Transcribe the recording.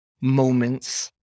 moments